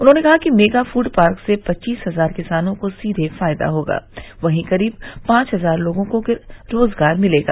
उन्होंने कहा कि मेगा फूड पार्क से पच्चीस हजार किसानों को सीधे फायदा होगा वहीं करीब पांच हजार लोगों को रोजगार मिलेगा